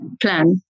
plan